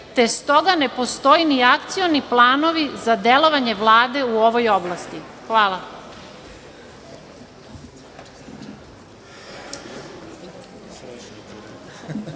te stoga ne postoji ni akcioni planovi za delovanje Vlade u ovoj oblasti? Hvala.